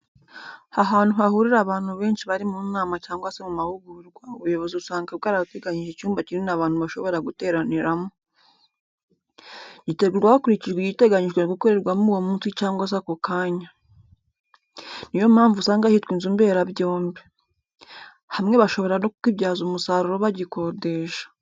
Ahantu hahurira abantu benshi bari mu nama cyangwa se mu mahugurwa, ubuyobozi usanga bwarateganije icyumba kinini abantu bashobora guteraniramo. Gitegurwa hakurikijwe igiteganijwe gukorerwamo uwo munsi cyangwa se ako kanya. Ni yo mpamvu asanga hitwa inzu mbera byombi. Hamwe bashobora no kukibyaza umusaruro bagikodesha.